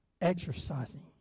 exercising